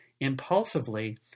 impulsively